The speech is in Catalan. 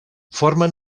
formen